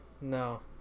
no